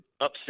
upset